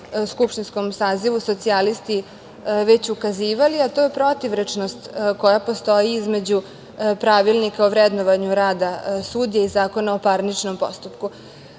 skupštinskom sazivu socijalisti već ukazivali, a to je protivrečnost koja postoji između Pravilnika o vrednovanju rada sudija i Zakona o parničnom postupku.